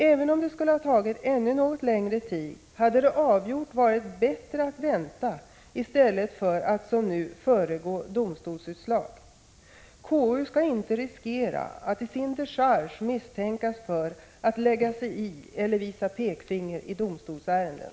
Även om det skulle ha tagit ännu något längre tid, hade det avgjort varit bättre att vänta i stället för att som nu föregå domstolsutslaget. Konstitutionsutskottet skall inte riskera att i sin decharge misstänkas för att lägga sig i eller visa pekfinger i domstolsärenden.